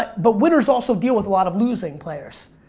but but winners also deal with a lot of losing players.